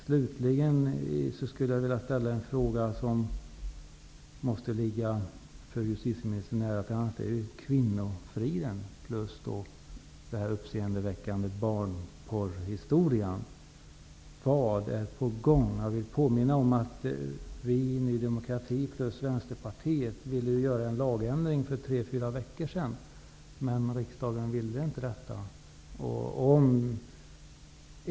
Slutligen skulle jag vilja ställa en fråga om något som måste ligga fru justitieministern nära, nämligen kvinnofriden och den uppseendeväckande barnporrhistorien. Vad är på gång där? Jag vill påminna om att Ny demokrati och Vänsterpartiet ville införa en lagändring för tre fyra veckor sedan, men riksdagen ville inte detta.